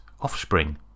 offspring